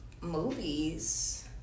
movies